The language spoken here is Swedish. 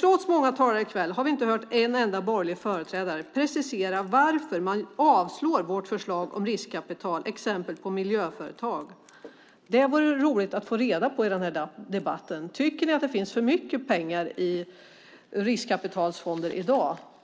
Trots många talare i kväll har vi inte hört en enda borgerlig företrädare precisera varför man yrkar avslag på vårt förslag om riskkapital, till exempel för miljöföretag. Det vore roligt att få reda på i den här debatten. Tycker ni att det finns för mycket pengar i riskkapitalfonder i dag?